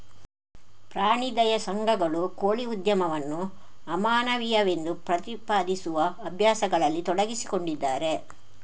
ಪ್ರಾಣಿ ದಯಾ ಸಂಘಗಳು ಕೋಳಿ ಉದ್ಯಮವನ್ನು ಅಮಾನವೀಯವೆಂದು ಪ್ರತಿಪಾದಿಸುವ ಅಭ್ಯಾಸಗಳಲ್ಲಿ ತೊಡಗಿಸಿಕೊಂಡಿದ್ದಾರೆ